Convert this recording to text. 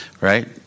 Right